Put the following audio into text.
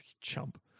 chump